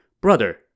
Brother